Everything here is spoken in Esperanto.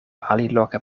aliloke